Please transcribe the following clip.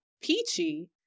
peachy